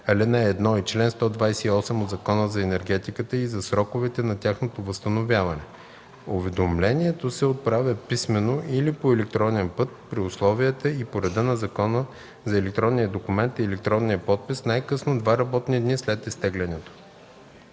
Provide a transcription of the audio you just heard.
85, ал. 1 и чл. 128 от Закона за енергетиката и за сроковете на тяхното възстановяване. Уведомлението се отправя писмено или по електронен път при условията и по реда на Закона за електронния документ и електронния подпис най-късно два работни дни след изтеглянето.”